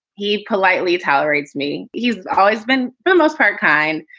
he politely tolerates me. he's always been, for the most part, kind,